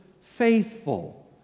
faithful